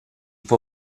può